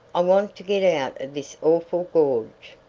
i want to get out of this awful gorge.